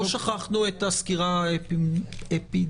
לא שכחנו את הסקירה האפידמיולוגית.